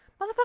Motherfucker